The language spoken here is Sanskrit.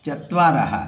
चत्वारः